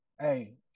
Hey